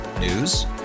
News